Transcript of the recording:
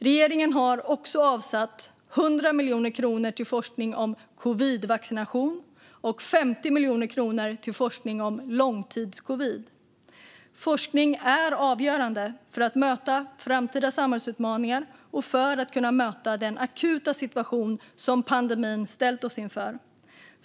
Regeringen har också avsatt 100 miljoner kronor till forskning om covidvaccination och 50 miljoner kronor till forskning om långtidscovid. Forskning är avgörande för att möta framtida samhällsutmaningar och för att kunna möta den akuta situation som pandemin ställt oss inför.